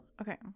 Okay